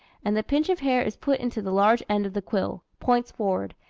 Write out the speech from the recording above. and the pinch of hair is put into the large end of the quill, points forward,